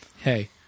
Hey